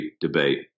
debate